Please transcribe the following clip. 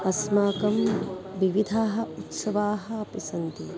अस्माकं विविधाः उत्सवाः अपि सन्ति